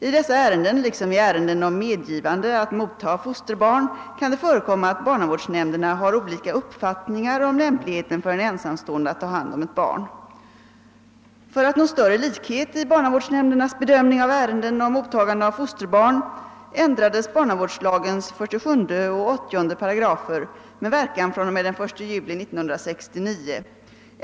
I dessa ärenden liksom i ärenden om medgivande att motta fosterbarn kan det förekomma att barnavårdsnämnderna har olika uppfattningar om lämpligheten för en ensamstående att ta hand om ett barn. För att nå större likhet i barnavårdsnämndernas bedömning av ärenden om mottagande av fosterbarn ändrades barnavårdslagens 47 och 80 §§ med verkan fr.o.m. den 1 juli 1969.